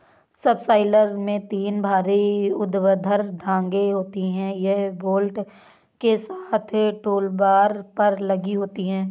subsoiler में तीन भारी ऊर्ध्वाधर टांगें होती हैं, यह बोल्ट के साथ टूलबार पर लगी होती हैं